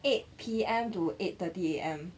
eight P_M to eight thirty A_M